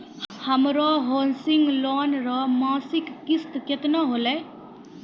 हमरो housing loan रो मासिक किस्त केतना होलै?